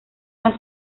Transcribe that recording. era